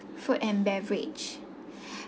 food and beverage